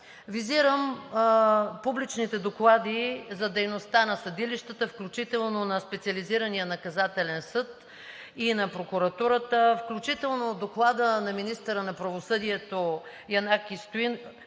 Визирам публичните доклади за дейността на съдилищата, включително на Специализирания наказателен съд и на прокуратурата, включително в доклада на министъра на правосъдието Янаки Стоилов,